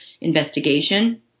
investigation